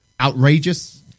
outrageous